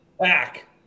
back